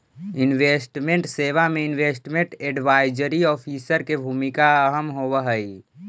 investment सेवा में investment advisory officer के भूमिका अहम होवऽ हई